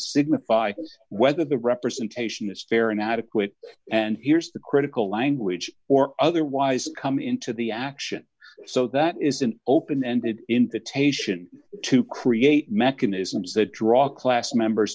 calls whether the representation is fair or inadequate and here's the critical language or otherwise come into the action so that is an open ended invitation to create mechanisms that draw class members